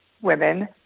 women